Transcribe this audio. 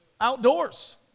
outdoors